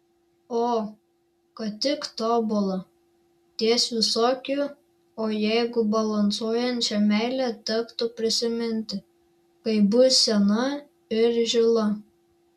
o kad tik tobulą ties visokių o jeigu balansuojančią meilę tektų prisiminti kai bus sena ir žila